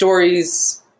Stories